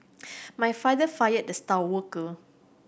my father fired the star worker